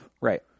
Right